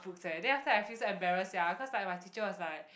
book fair then after I felt so embarrassed sia cause like my teacher was like